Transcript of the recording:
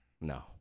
no